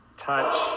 touch